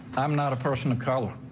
i'm not a person of color.